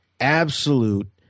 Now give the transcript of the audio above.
absolute